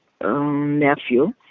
nephew